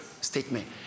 statement